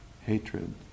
Hatred